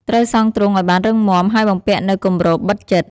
ត្រូវសង់ទ្រុងឱ្យបានរឹងមាំ ហើយបំពាក់នូវគម្របបិទជិត។